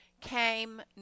came